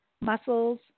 muscles